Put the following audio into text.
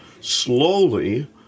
slowly